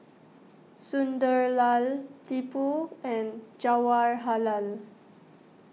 Sunderlal Tipu and Jawaharlal